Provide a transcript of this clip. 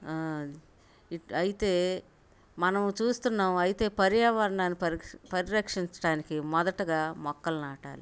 it అయితే మనం చూస్తున్నాం అయితే పర్యావరణాన్ని పరిక్ష్ పరిరక్షించటానికి మొదటగా మొక్కలు నాటాలి